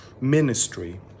ministry